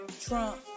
Trump